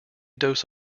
dose